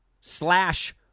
slash